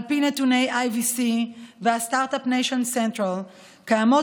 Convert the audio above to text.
על פי נתוני IVC ו-Start-up Nation Central קיימות